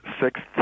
sixth